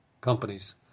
companies